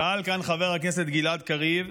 שאל כאן חבר הכנסת גלעד קריב,